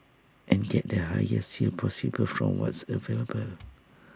and get the highest yield possible from what's available